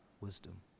wisdom